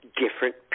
different